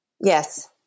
Yes